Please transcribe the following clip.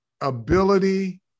Ability